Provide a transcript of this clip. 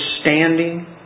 standing